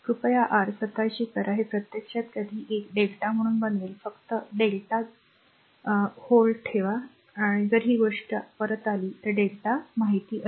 कृपया r स्वतःची करा हे प्रत्यक्षात कधी एक Δ म्हणून बनवेल फक्त Δ दाबून ठेवा जर ही गोष्ट ही आहे Δ माहित आहे